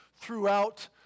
throughout